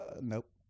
Nope